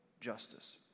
justice